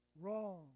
wrong